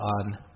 on